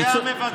על ידי המבצע,